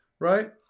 right